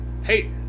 hey